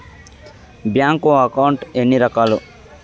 bank account ఎన్ని రకాలు